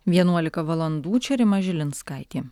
vienuolika valandų čia rima žilinskaitė